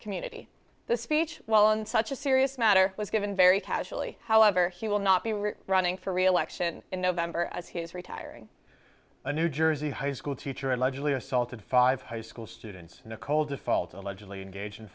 community the speech while on such a serious matter was given very casually however he will not be running for reelection in november as he is retiring a new jersey high school teacher allegedly assaulted five high school students in a cold default allegedly